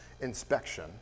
inspection